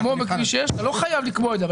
כמו בכביש 6. אתה לא חייב לקבוע את זה,